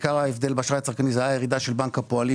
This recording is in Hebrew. עיקר ההבדל באשראי הצרכני היה ירידה של בנק הפועלים